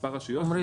עומר,